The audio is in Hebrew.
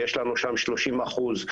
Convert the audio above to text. שיש לנו שם 30 אחוז,